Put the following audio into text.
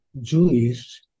Jewish